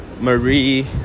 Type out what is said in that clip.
Marie